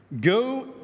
go